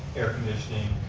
air conditioning,